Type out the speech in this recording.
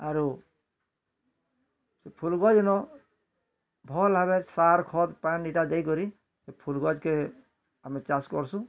ଆରୁ ଫୁଲ୍ ଗଛ୍ ନ ଭଲ ଭାବେ ସାର୍ ଖତ୍ ପାନ୍ ଇଟା ଦେଇ କରି ସେ ଫୁଲ ଗଛ୍ କେ ଆମେ ଚାଷ୍ କର୍ସୁଁ